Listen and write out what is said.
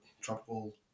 tropical